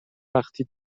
وقتی